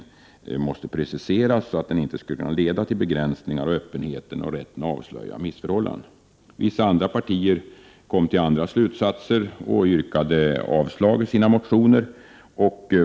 Denna måste — menade vi-— preciseras så, att den inte skulle kunna leda till en begränsning av öppenheten och rätten att avslöja missförhållanden. Vissa partier kom till andra slutsatser och yrkade avslag.